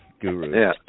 guru